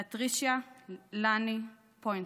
לטרישיה לני פוינטר,